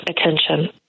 attention